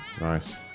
Nice